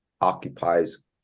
occupies